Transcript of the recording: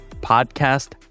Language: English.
podcast